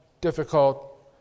difficult